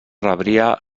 rebria